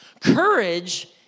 Courage